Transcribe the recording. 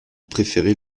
préférait